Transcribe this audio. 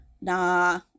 nah